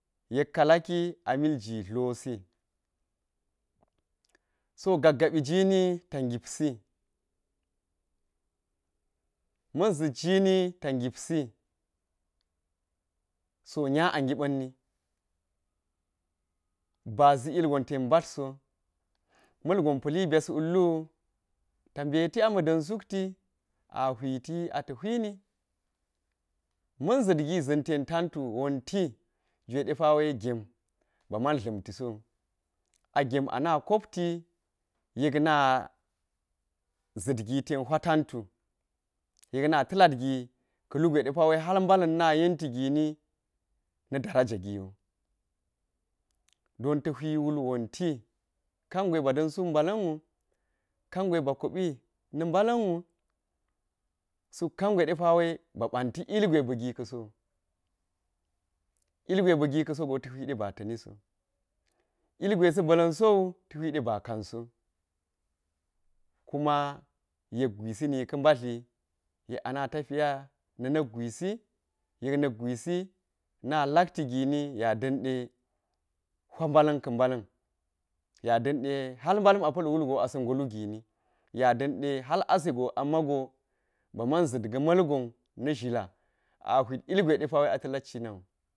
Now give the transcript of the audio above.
Yek ka laki a mil ji adlosi so gaggabi jinita ngipsi ma̱n zit jini ta ngipsi so nya a ngiɓa̱nni ba zi ilgon ten mbatl so malgon pa̱li byas wullu ta mbeti ama da̱n sukti a hwiti a ta̱ hwini ma̱n zit gi za̱n ten tantu wonti jwe depawe gem ba man dla̱mti so wu a gem ana kopti yek na za̱t gi ten hwa tantu yek na talad gi ka̱ lugwe hal mbala̱n na yenti gini na̱ daraja gini don ta̱ hwi wul wonti kangwe ba da̱n suk mbala̱n wu kangwe ba koɓi na̱ mbala̱n wu suk kangwe depawe ba ɓanti ilgwe ba̱ gika̱so wu, ilgwe ba̱ gika̱so go ta̱ hwide ba ta̱ni so ilgwe sa̱ ba̱la̱n so ta̱ hwi de ba kanso kume yek gwisi ni ka̱ mbatli yek ana tapiya na na̱k gwisi, yek na̱k gwisi na lakti gini ya da̱nɗe hwa mbala̱n ka̱ mbala̱n ya denɗe hal mbala̱n ɓa pal wulgo asa̱ ngo lu gini ya da̱nɗe hal asego amago ba man zit ga̱ ma̱lgon na̱ zhila a hwit ilgwe depawe a ta̱ lat cinawu.